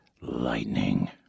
lightning